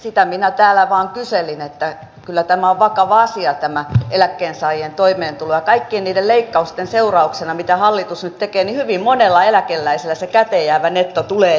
sitä minä täällä vain kyselin että kyllä tämä eläkkeensaajien toimeentulo on vakava asia ja kaikkien niiden leikkausten seurauksena joita hallitus nyt tekee hyvin monella eläkeläisellä se käteenjäävä netto tulee tippumaan